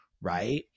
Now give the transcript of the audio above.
right